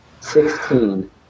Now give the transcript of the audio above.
Sixteen